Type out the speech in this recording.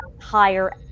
higher